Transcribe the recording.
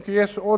אם כי יש עוד